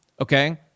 okay